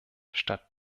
statt